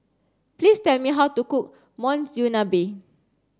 please tell me how to cook Monsunabe